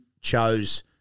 chose